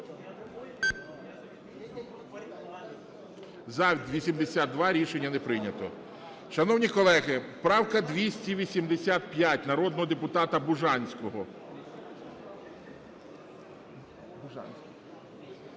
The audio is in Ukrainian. За – 82. Рішення не прийнято. Шановні колеги, правка 285, народного депутата Бужанського.